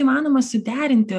įmanoma suderinti